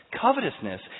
covetousness